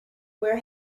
where